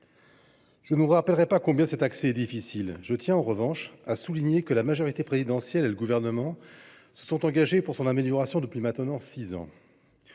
Je ne rappellerai pas combien cet accès est difficile. Je tiens, en revanche, à souligner que la majorité présidentielle et le Gouvernement se sont engagés pour son amélioration depuis maintenant six ans.